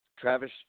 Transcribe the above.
Travis